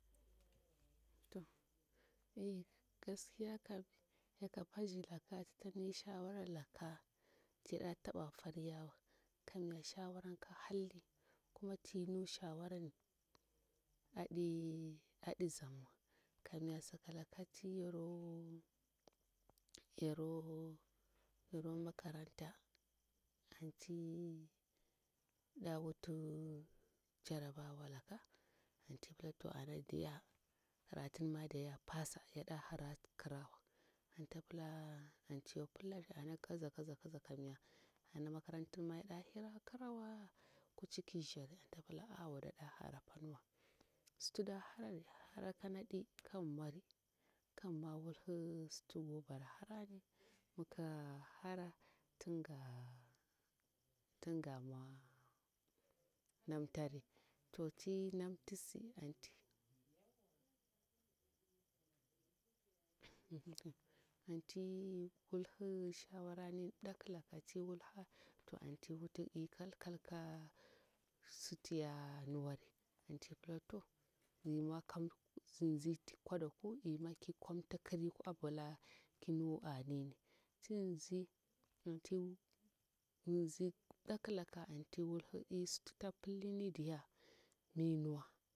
To ah gaskiya kam yaka pashi laka ti ta ni shawara laka ti yada taba foriyawa kamya shawaran ki halli kuma ti nu shawaran adi adi zamwa kamya sakalaka ti yaro yaro yaro makaranta anti da wuti jarabawa laka anti pila to ana diya karatun madiya yapasa yada hara kirawa anta pila anti yo pillari ngiza ngiza ngiza kamya ana makarantinma yada hira kirawa kuci ki zari anta pila awo nda da hara panwa su ting da harari hara kanadi kagimwori kagimwo wulhi suti go bara harani mi ki hara tin ga tin ga mwo namtari to ti namtisi anti hmhm anti wulhi shawaranin dakilaka ti wulha to anti wuti eh kal kal ka suti ya nuwari anti pila to mi mwo kan zin zi kwa da ku ima ki kwamti kiri ambila ki nu anini tin zi anti zin zi dakilaka anti wulhi eh su ti ta pillinidiya mi nuwa.